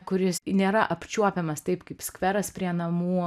kuris nėra apčiuopiamas taip kaip skveras prie namų